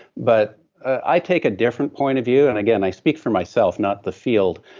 but i take a different point of view, and again i speak for myself, not the field.